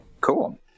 Cool